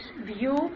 view